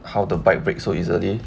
how the bike break so easily